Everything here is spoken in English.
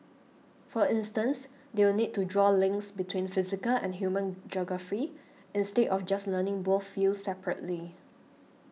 for instance they will need to draw links between physical and human geography instead of just learning both fields separately